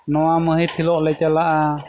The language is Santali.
ᱱᱚᱣᱟ ᱢᱟᱹᱦᱤᱛ ᱦᱤᱞᱳᱜ ᱞᱮ ᱪᱟᱞᱟᱜᱼᱟ